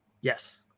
Yes